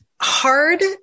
Hard